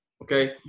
Okay